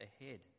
ahead